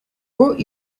brought